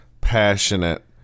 passionate